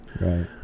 Right